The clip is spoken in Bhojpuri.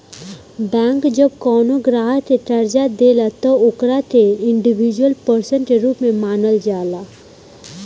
बैंक जब कवनो ग्राहक के कर्जा देले त ओकरा के इंडिविजुअल पर्सन के रूप में मानल जाला